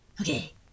okay